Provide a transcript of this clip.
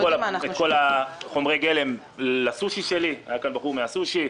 כל חומרי הגלם לסושי שלי היה כאן בחור מהסושי,